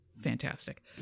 Fantastic